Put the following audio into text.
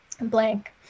blank